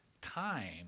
time